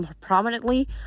prominently